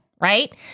Right